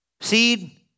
seed